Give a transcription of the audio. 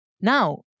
Now